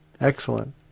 excellent